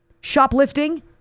Shoplifting